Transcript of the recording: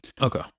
Okay